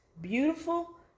beautiful